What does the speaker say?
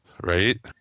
Right